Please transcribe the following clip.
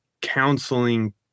counseling